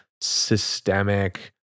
systemic